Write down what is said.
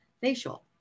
facial